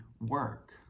work